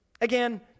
Again